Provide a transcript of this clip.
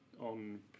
on